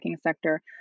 sector